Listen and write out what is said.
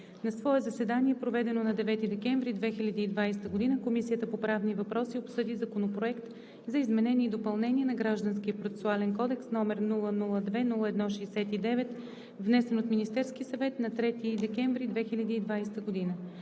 На свое заседание, проведено на 9 декември 2020 г., Комисията по правни въпроси обсъди Законопроект за изменение и допълнение на Гражданския процесуален кодекс, № 002-01-69, внесен от Министерския съвет на 3 декември 2020 г.